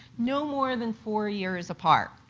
no more than four years apart.